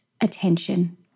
attention